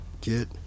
kid